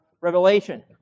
revelation